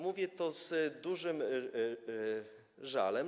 Mówię to z dużym żalem.